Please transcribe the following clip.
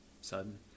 sudden